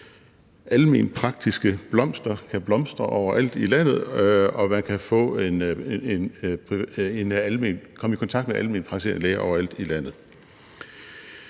alment praktiske blomster kan blomstre overalt i landet og man kan komme i kontakt med alment praktiserende læger overalt i landet.